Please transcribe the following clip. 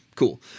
cool